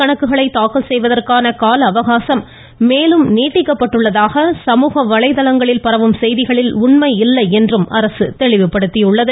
கணக்குகளை தாக்கல் செய்வதற்கான கால அவகாசம் மேலும் வருமான வரிக் நீட்டிக்கப்பட்டுள்ளதாக சமூக வலைதளங்களில் பரவும் செய்திகளில் உண்மை இல்லை என்றும் அரசு தெளிவுபடுத்தியுள்ளது